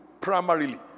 primarily